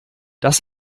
das